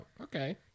okay